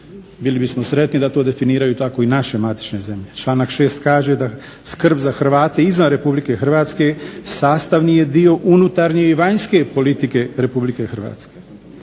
Bili bismo sretni da to tako definiraju naše matične zemlje. Članak 6.kaže da "Skrb za Hrvate izvan RH sastavni dio unutarnje i vanjske politike RH". Članak